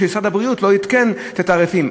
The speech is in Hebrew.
מפני שמשרד הבריאות לא עדכן את התעריפים.